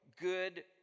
good